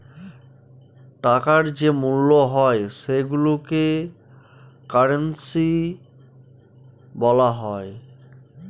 টাকার যে মূল্য হয় সেইগুলোকে কারেন্সি বলা হয়